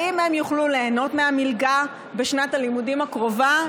אם הם יוכלו ליהנות מהמלגה בשנת הלימודים הקרובה,